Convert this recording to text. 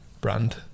brand